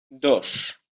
dos